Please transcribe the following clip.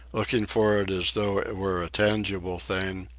looking for it as though it were a tangible thing,